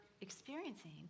experiencing